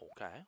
okay